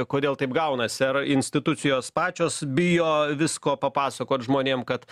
kodėl taip gaunasi ar institucijos pačios bijo visko papasakot žmonėm kad